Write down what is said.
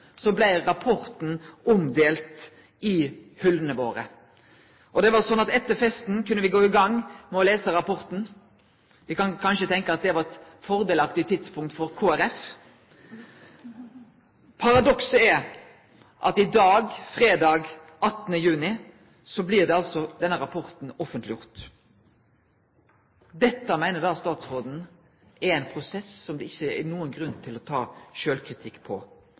blei rapporten delt ut i hyllene våre. Etter festen kunne me gå i gang med å lese rapporten. Ein kan kanskje tenkje at det var eit fordelaktig tidspunkt for Kristeleg Folkeparti! Paradokset er at i dag, fredag 18. juni, blir denne rapporten offentleggjord. Dette meiner statsråden er ein prosess som det ikkje er nokon grunn til å ta sjølvkritikk på.